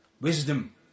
Wisdom